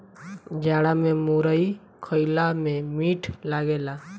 जाड़ा में मुरई खईला में मीठ लागेला